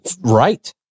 Right